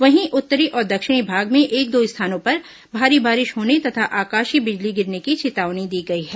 वहीं उत्तरी और दक्षिणी भाग में एक दो स्थानों पर भारी बारिश होने तथा आकाशीय बिजली गिरने की चेतावनी दी गई है